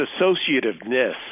associativeness